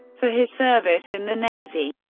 for his service in the navy,